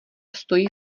stojí